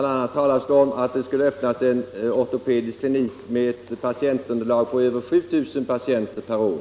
a. har det talats om att det skall öppnas en ortopedisk klinik med ett pa = Nr 81 tientunderlag på över 7000 patienter per år.